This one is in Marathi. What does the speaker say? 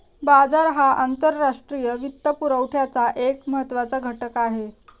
बाजार हा आंतरराष्ट्रीय वित्तपुरवठ्याचा एक महत्त्वाचा घटक आहे